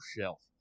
shelf